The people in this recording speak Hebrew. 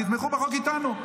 תתמכו בחוק איתנו,